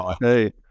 hey